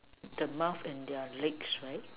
the mouth and their legs right